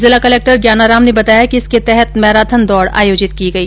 जिला कलेक्टर ज्ञानाराम ने बताया कि इसके तहत मैराथन दौड आयोजित की गई